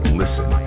listen